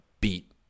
beat